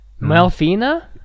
Melfina